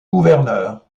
gouverneur